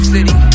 City